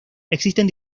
existen